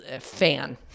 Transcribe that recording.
fan